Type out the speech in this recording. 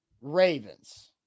Ravens